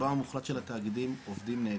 רובם המוחלט של התאגידים עובדים נהדר,